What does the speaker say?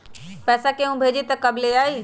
पैसा केहु भेजी त कब ले आई?